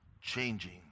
Changing